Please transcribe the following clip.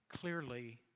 clearly